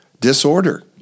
disorder